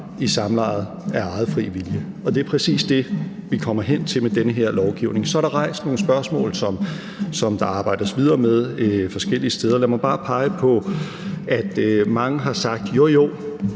i samlejet af egen fri vilje. Og det er præcis det, vi kommer hen til med den her lovgivning. Så er der rejst nogle spørgsmål, som der arbejdes videre med forskellige steder. Lad mig bare pege på, at i hvert fald